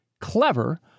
clever